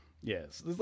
Yes